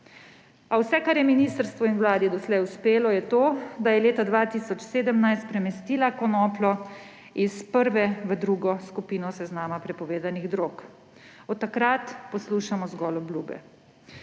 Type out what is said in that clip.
A vse, kar je ministrstvu in Vladi doslej uspelo, je to, da sta leta 2017 premestila konopljo iz prve v drugo skupino seznama prepovedanih drog. Od takrat poslušamo zgolj obljube.